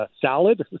salad